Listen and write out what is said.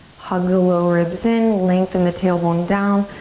hug the low ribs in, lengthen the tailbone down.